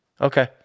Okay